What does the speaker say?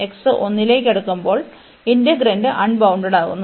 x 1 ലേക്ക് അടുക്കുമ്പോൾ integrand അൺബൌണ്ടഡ്ഡാകുന്നു